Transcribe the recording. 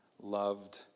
loved